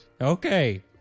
Okay